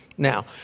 Now